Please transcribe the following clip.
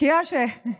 קוראים לזה קוקייה.